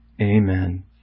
Amen